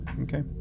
Okay